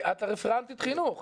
את רפרנטית חינוך.